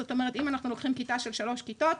זאת אומרת שאם אנחנו לוקחים כיתה של שלוש כיתות,